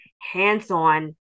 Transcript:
hands-on